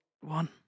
one